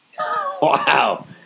Wow